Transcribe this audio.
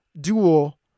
dual